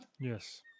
Yes